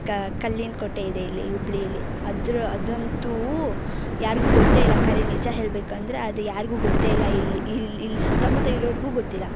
ಕ ಕಲ್ಲಿನ ಕೋಟೆಯಿದೆ ಇಲ್ಲಿ ಹುಬ್ಳಿಯಲ್ಲಿ ಅದ್ರ್ ಅದಂತೂ ಯಾರಿಗೂ ಗೊತ್ತೇ ಇಲ್ಲ ಖರೆ ನಿಜ ಹೇಳಬೇಕಂದ್ರೆ ಅದು ಯಾರಿಗೂ ಗೊತ್ತೇ ಇಲ್ಲ ಇಲ್ಲಿ ಇಲ್ಲಿ ಇಲ್ಲಿ ಸುತ್ತಮುತ್ತ ಇರೋರಿಗೂ ಗೊತ್ತಿಲ್ಲ